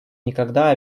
никогда